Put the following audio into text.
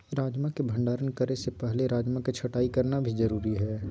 राजमा के भंडारण करे से पहले राजमा के छँटाई करना भी जरुरी हय